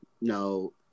No